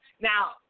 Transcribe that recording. Now